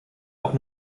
auch